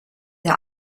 der